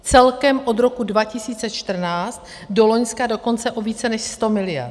Celkem od roku 2014 do loňska dokonce o více než 100 miliard.